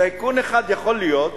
טייקון אחד יכול להיות